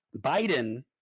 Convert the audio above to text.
Biden